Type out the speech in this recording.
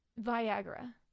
viagra